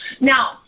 Now